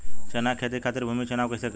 चना के खेती खातिर भूमी चुनाव कईसे करी?